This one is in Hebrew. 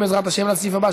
ההצעה להעביר